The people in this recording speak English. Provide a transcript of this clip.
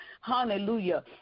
hallelujah